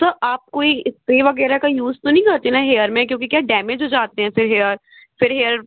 sir आप कोई spray वगैरह का यूज़ तो नहीं करते ना हेयर में क्योंकि क्या है डैमेज हो जाते हैं हेयर फिर हेयर फिर हेयर